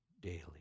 daily